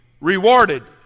rewarded